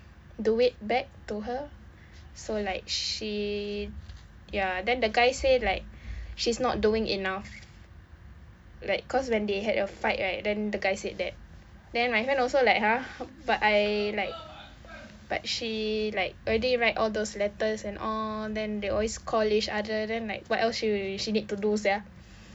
do it back to her so like she ya then the guy say like she's not doing enough like cause when they had a fight right then the guy said that then my friend also like !huh! but I like but she like already write all those letters and all then they always call each other then like what else she she need to do sia